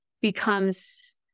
becomes